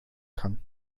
kann